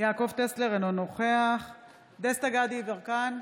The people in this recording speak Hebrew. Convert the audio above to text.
יעקב טסלר, אינו נוכח דסטה גדי יברקן,